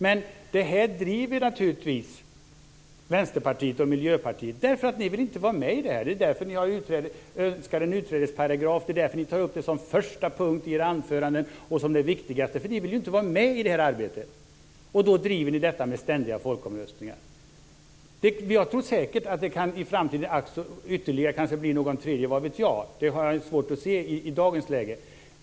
Men detta driver naturligtvis ni i Vänsterpartiet och Miljöpartiet därför att ni inte vill vara med i detta. Det är därför som ni önskar en utträdesparagraf, och det är därför som ni tar upp det som en första punkt i era anföranden och som det viktigaste, därför att ni inte vill vara med i detta arbete. Och då driver ni frågan om ständiga folkomröstningar. Jag tror säkert att det i framtiden kanske kan bli någon tredje folkomröstning - vad vet jag. Det har jag lite svårt att se i dagens läge.